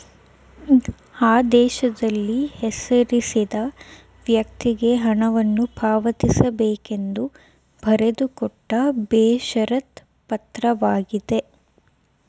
ಆದೇಶದಲ್ಲಿ ಹೆಸರಿಸಿದ ವ್ಯಕ್ತಿಗೆ ಹಣವನ್ನು ಪಾವತಿಸಬೇಕೆಂದು ಬರೆದುಕೊಟ್ಟ ಬೇಷರತ್ ಪತ್ರವಾಗಿದೆ